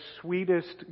sweetest